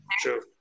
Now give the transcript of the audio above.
true